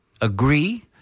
agree